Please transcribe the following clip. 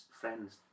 friends